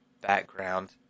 background